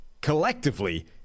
Collectively